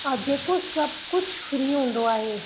जेको सभु कुझु फ्री हूंदो आहे